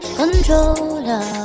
controller